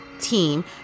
team